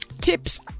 tips